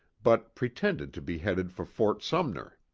but pretended to be headed for fort sumner.